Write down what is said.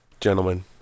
gentlemen